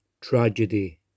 Tragedy